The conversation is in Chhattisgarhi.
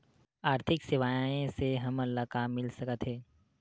आर्थिक सेवाएं से हमन ला का मिल सकत हे?